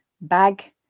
bag